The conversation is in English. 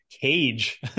cage